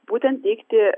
būtent teikti